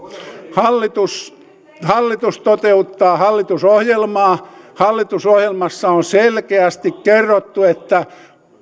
hallitus hallitus toteuttaa hallitusohjelmaa hallitusohjelmassa on selkeästi kerrottu että